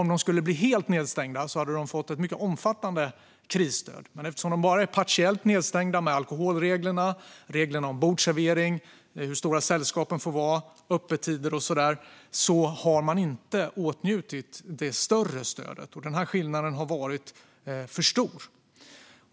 Om de skulle bli helt nedstängda hade de fått ett mycket omfattande krisstöd, men eftersom de bara är partiellt nedstängda utifrån alkoholregler, regler om bordsservering, hur stora sällskapen får vara, öppettider och så vidare har man inte åtnjutit det större stödet. Den här skillnaden har varit för stor.